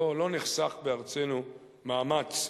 לא נחסך בארצנו מאמץ,